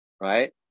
Right